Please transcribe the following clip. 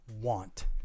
want